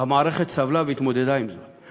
המערכת סבלה והתמודדה עם זה.